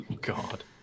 God